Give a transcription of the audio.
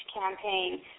campaign